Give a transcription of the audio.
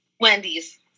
Wendy's